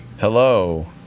hello